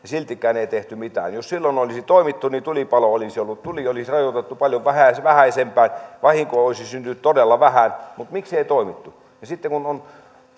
siltikään ei tehty mitään jos silloin olisi toimittu niin tuli olisi rajoitettu paljon vähäisempään vahinkoa olisi syntynyt todella vähän mutta miksi ei toimittu ja sitten kun